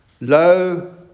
Lo